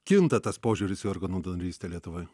kinta tas požiūris į organų donorystę lietuvoj